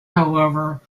however